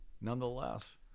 nonetheless